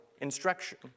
instruction